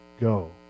Go